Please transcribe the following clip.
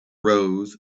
rose